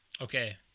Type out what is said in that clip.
Okay